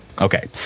Okay